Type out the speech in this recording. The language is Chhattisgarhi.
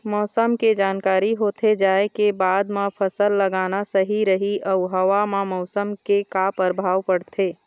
मौसम के जानकारी होथे जाए के बाद मा फसल लगाना सही रही अऊ हवा मा उमस के का परभाव पड़थे?